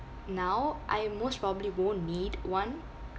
now I most probably won't need one